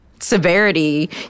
Severity